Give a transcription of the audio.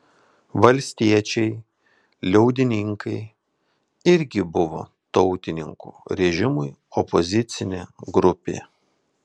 valstiečiai liaudininkai irgi buvo tautininkų režimui opozicinė grupė